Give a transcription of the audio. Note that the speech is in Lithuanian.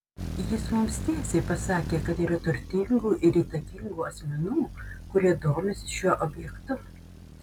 jis mums tiesiai pasakė kad yra turtingų ir įtakingų asmenų kurie domisi šiuo objektu